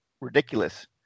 ridiculous